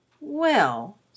Well